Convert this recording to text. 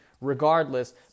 regardless